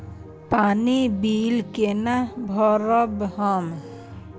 पानी बील केना भरब हम?